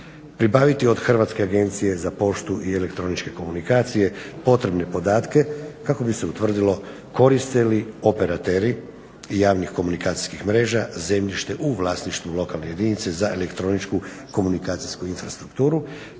Pribaviti od Hrvatske agencije za poštu i elektroničke komunikacije potrebne podatke kako bi se utvrdilo koriste li operateri javnih komunikacijskih mreža zemljište u vlasništvu lokalne jedinice za elektroničku komunikacijsku infrastrukturu